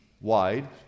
wide